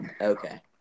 Okay